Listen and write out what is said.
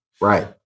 Right